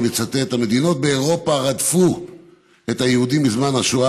אני מצטט: המדינות באירופה רדפו את היהודים בזמן השואה